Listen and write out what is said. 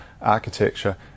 architecture